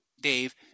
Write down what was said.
Dave